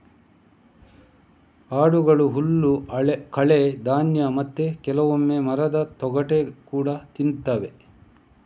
ಆಡುಗಳು ಹುಲ್ಲು, ಕಳೆ, ಧಾನ್ಯ ಮತ್ತೆ ಕೆಲವೊಮ್ಮೆ ಮರದ ತೊಗಟೆ ಕೂಡಾ ತಿಂತವೆ